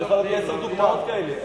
אני יכול להביא עשר דוגמאות כאלה.